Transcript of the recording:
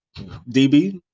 DB